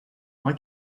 why